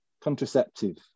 Contraceptive